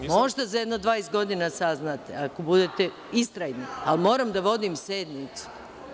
Možda za jedno 20 godina saznate, ako budete istrajni, ali moram da vodim sednicu.